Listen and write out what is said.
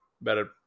better